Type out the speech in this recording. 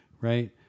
right